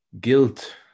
guilt